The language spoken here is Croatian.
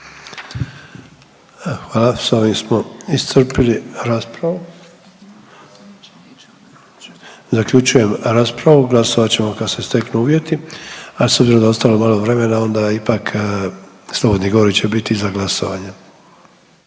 (HDZ)** S ovim smo iscrpili raspravu. Zaključujem raspravu, glasovat ćemo kad se steknu uvjeti, a s obzirom da je ostalo malo vremena onda ipak slobodni govori će biti iza glasovanja.